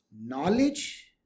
Knowledge